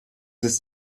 ist